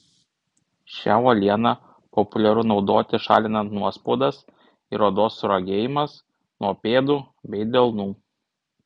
šią uolieną populiaru naudoti šalinant nuospaudas ir odos suragėjimas nuo pėdų bei delnų